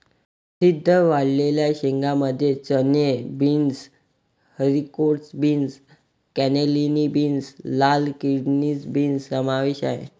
प्रसिद्ध वाळलेल्या शेंगांमध्ये चणे, beans, haricot beans, cannellini beans, लाल किडनी बीन्स समावेश आहे